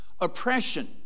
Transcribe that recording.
oppression